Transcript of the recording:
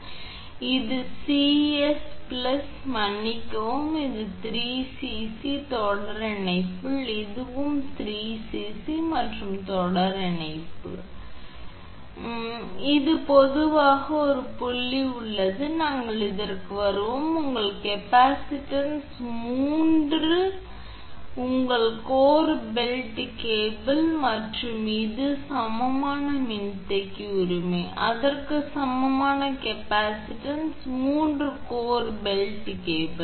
எனவே இது 𝐶𝑠 பிளஸ் மன்னிக்கவும் இந்த 3𝐶𝑐 மற்றும் தொடர் இணைப்பில் இதுவும் 3𝐶𝑐 மற்றும் தொடர் இணைப்பு இதுவும் 3𝐶𝑐 மற்றும் 𝐶𝑠 இணைப்பு இதுதான் உங்களின் சீத் கள் என்று அழைக்கப்படுகிறது ஒரு பொதுவான புள்ளி உள்ளது இப்போது நாங்கள் இதற்கு வருவோம் உங்கள் கேப்பாசிட்டன்ஸ் 3 3 உங்கள் கோர் பெல்ட் கேபிள் மற்றும் இந்த ஒரு சமமான மின்தேக்கி உரிமை அதற்கு சமமான கேப்பாசிட்டன்ஸ் 3 கோர் பெல்ட் கேபிள்